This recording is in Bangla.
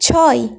ছয়